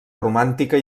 romàntica